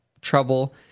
trouble